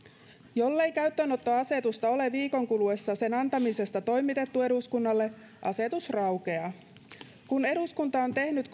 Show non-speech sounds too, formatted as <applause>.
jollei käyttöönottoasetusta ole viikon kuluessa sen antamisesta toimitettu eduskunnalle asetus raukeaa kun eduskunta on tehnyt <unintelligible>